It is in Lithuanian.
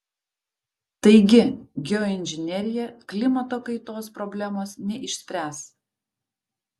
taigi geoinžinerija klimato kaitos problemos neišspręs